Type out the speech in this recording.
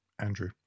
andrew